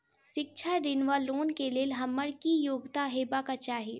शिक्षा ऋण वा लोन केँ लेल हम्मर की योग्यता हेबाक चाहि?